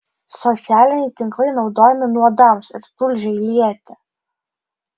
socialiniai tinklai naudojami nuodams ir tulžiai lieti